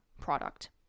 product